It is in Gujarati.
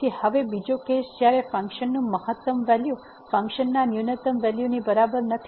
તેથી હવે બીજો કેસ જ્યારે ફંકશનનું મહત્તમ વેલ્યુ ફંક્શનના ન્યૂનતમ વેલ્યુની બરાબર નથી